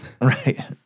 Right